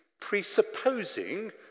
presupposing